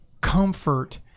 comfort